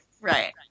Right